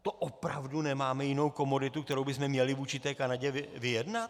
To opravdu nemáme jinou komoditu, kterou bychom měli vůči té Kanadě vyjednat?